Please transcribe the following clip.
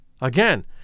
Again